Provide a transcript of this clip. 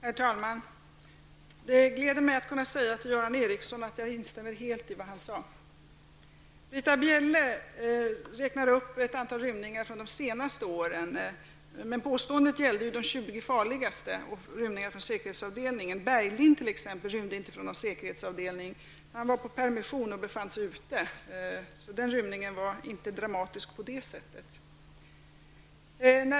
Herr talman! Det glädjer mig att kunna säga till Göran Ericsson att jag helt instämmer med det han sade. Britta Bjelle räknar upp ett antal rymningar under de senaste åren, men påståendet gällde ju de 20 farligaste brottslingarna och rymningar från säkerhetsavdelningar. Bergling, t.ex., rymde inte från en säkerhetsavdelning. Han var på permission och befann sig ute. Den rymningen var alltså inte dramatisk på det viset.